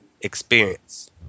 experience